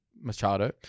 Machado